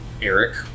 Eric